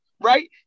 right